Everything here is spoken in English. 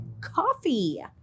coffee